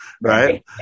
right